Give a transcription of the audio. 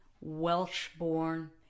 Welsh-born